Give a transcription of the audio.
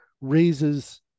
raises